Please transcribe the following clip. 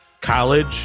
College